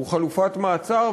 הוא חלופת מעצר,